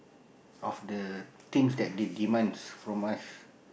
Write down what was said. of the things that they demands from us